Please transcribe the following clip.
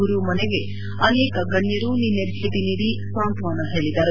ಗುರು ಮನೆಗೆ ಅನೇಕ ಗಣ್ಯರು ನಿನ್ನೆ ಭೇಟಿ ನೀಡಿ ಸಾಂತ್ತನ ಹೇಳಿದರು